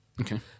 Okay